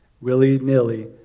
willy-nilly